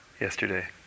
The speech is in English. yesterday